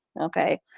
okay